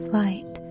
light